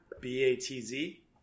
B-A-T-Z